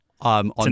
on